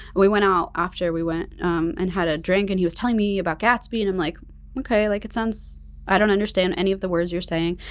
we went out after we went and had a drink, and he was telling me about gatsby, and i'm like okay like it sounds i don't understand any of the words you're saying,